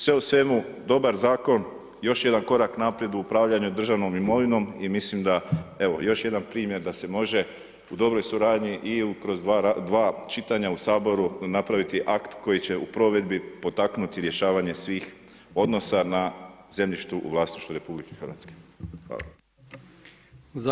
Sve u svemu, dobar zakon, još jedan korak naprijed u upravljanju državnom imovinom i mislim da evo, još jedan primjer da se može u dobroj suradnji i kroz dva čitanja u Saboru napraviti akt koji će u provedbi potaknuti rješavanje svih odnosa na zemljištu u vlasništvu RH, hvala.